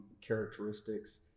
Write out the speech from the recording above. characteristics